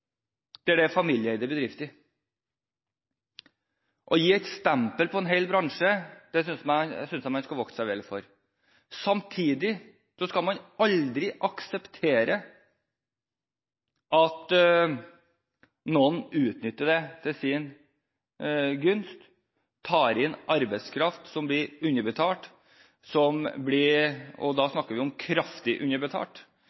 det kan være familieeide bedrifter. Å sette et stempel på en hel bransje synes jeg man skal vokte seg vel for. Samtidig skal man aldri akseptere at noen utnytter andre til sin gunst og tar inn arbeidskraft som blir underbetalt – og da